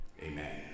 Amen